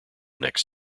next